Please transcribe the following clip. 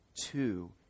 two